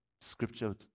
scripture